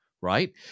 Right